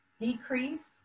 decrease